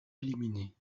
éliminé